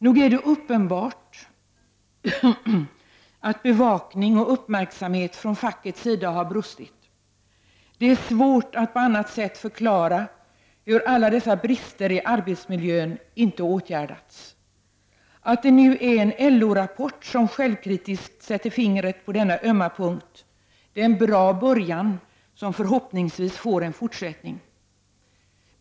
Nog är det uppenbart att bevakning och uppmärksamhet från fackets sida har brustit. Det är svårt att på annat sätt förklara varför alla dessa brister i arbetsmiljön inte åtgärdats. Att det nu är en LO-rapport som är kritisk och sätter fingret på denna ömma punkt är en bra början som förhoppningsvis får en fortsättning.